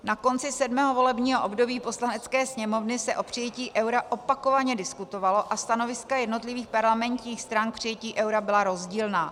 Na konci sedmého volebního období Poslanecké sněmovny se o přijetí eura opakovaně diskutovalo a stanoviska jednotlivých parlamentních stran k přijetí eura byla rozdílná.